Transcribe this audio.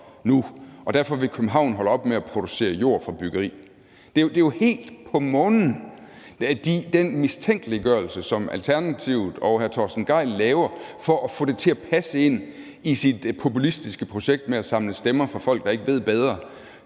derfor vil holde op med at producere jord fra byggeri? Det er jo helt på månen med den mistænkeliggørelse, som Alternativet og hr. Torsten Gejl laver for at få det til at passe ind i deres populistiske projekt med at samle stemmer fra folk, der ikke ved bedre,